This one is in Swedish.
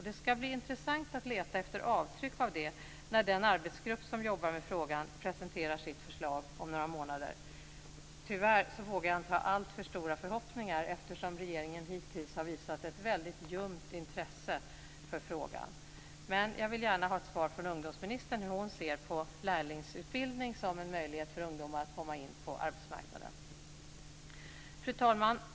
Det ska bli intressant att leta efter avtryck av förslaget när den arbetsgrupp som arbetar med frågan presenterar sitt förslag om några månader. Tyvärr vågar jag inte ha alltför stora förhoppningar, eftersom regeringen hittills har visat ett väldigt ljumt intresse för frågan. Men jag vill gärna ha ett svar från ungdomsministern på hur hon ser på lärlingsutbildning som en möjlighet för ungdomar att komma in på arbetsmarknaden. Fru talman!